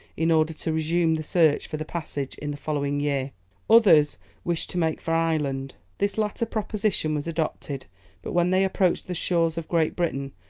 in order to resume the search for the passage in the following year others wished to make for ireland. this latter proposition was adopted but when they approached the shores of great britain,